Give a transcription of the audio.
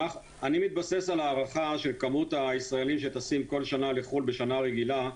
אני מתבסס על ההערכה של כמות הישראלים שטסים כל שנה לחו"ל בשנה רגילה,